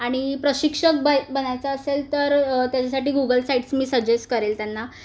आणि प्रशिक्षक बै बनायचं असेल तर त्याच्यासाठी गुगल साईट्स मी सजेस्ट करेल त्यांना